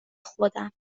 خودم